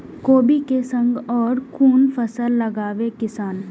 कोबी कै संग और कुन फसल लगावे किसान?